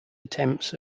attempts